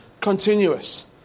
continuous